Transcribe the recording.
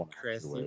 Chris